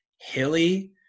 hilly